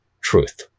truth